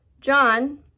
John